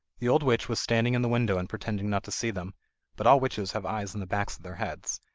the old witch was standing in the window and pretended not to see them but all witches have eyes in the backs of their heads,